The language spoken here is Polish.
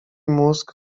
mózg